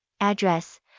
address